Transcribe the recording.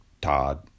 Todd